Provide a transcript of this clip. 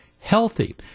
Healthy